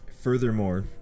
Furthermore